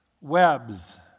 webs